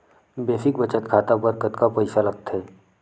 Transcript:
Basic बचत खाता बर कतका पईसा लगथे?